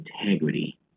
integrity